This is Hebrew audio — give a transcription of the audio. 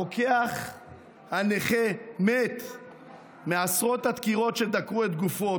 הרוקח הנכה מת מעשרות הדקירות שדקרו את גופו.